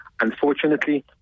Unfortunately